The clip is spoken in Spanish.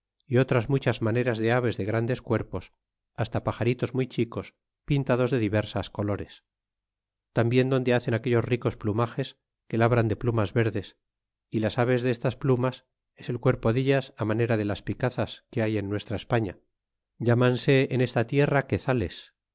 é otras muchas maneras de aves de grandes cuerpos hasta paxaritos muy chicos pintados de diversas colores tambien donde hacen aquellos ricos plumages que labran de plumas verdes y las aves destas plumas es el cuerpo dellas á manera de las picazas que hay en nuestra españa llá es notable este pasage para llegar entender que los